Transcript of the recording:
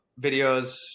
Videos